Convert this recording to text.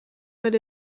but